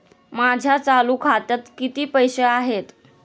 माझ्या चालू खात्यात किती पैसे आहेत?